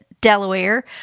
Delaware